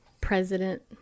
president